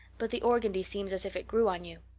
but the organdy seems as if it grew on you.